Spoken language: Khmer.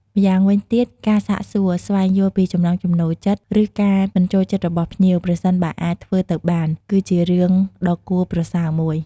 ម្យ៉ាងវិញទៀតការសាកសួរ ស្វែងយល់ពីចំណង់ចំណូលចិត្ត ឬការមិនចូលចិត្តរបស់ភ្ញៀវ ប្រសិនបើអាចធ្វើទៅបាន គឺជារឿងដ៏ល្អប្រសើរមួយ។